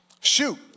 Shoot